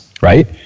right